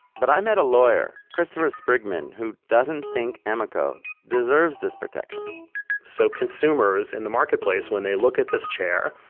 but i met a lawyer, christopher sprigman who doesn't think emeco deserves this protection so consumers, in the marketplace, when they look at this chair,